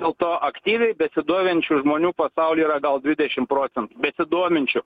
dėl to aktyviai besidominčių žmonių pasaulyje yra gal dvidešimt procentų besidominčių